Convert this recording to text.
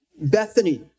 Bethany